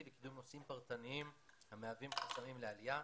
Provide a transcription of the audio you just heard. וקידום נושאים פרטניים המהווים חסמים לעלייה.